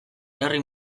herri